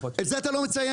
את זה אתה לא מציין.